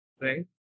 Right